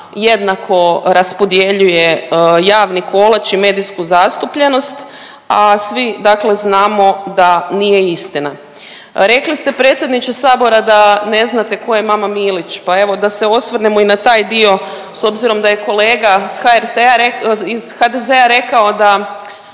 jednako raspodjeljuje javni kolač i medijsku zastupljenost, a svi dakle znamo da nije istina. Rekli ste predsjedniče sabora da ne znate ko je mama Milić, pa evo da se osvrnemo i na taj dio s obzirom da je kolega s HRT-a re… iz